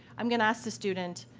i'm going to ask the student,